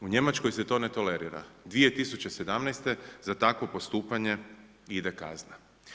U Njemačkoj se to ne tolerira, 2017. za takvo postupanje ide kazna.